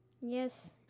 Yes